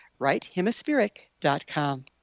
righthemispheric.com